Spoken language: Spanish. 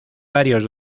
varios